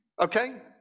Okay